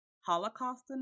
Holocaust